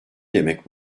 yemek